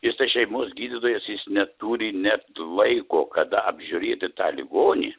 jisai šeimos gydytojas jis neturi net laiko kada apžiūrėti tą ligonį